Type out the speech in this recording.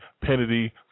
penalty